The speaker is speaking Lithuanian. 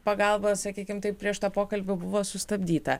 pagalba sakykim taip prieš tą pokalbį buvo sustabdyta